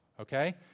okay